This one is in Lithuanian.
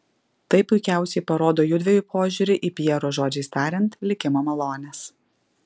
tai puikiausiai parodo jųdviejų požiūrį į pjero žodžiais tariant likimo malones